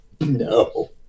No